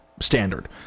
standard